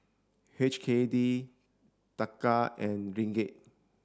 H K D Taka and Ringgit